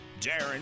Darren